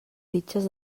fitxes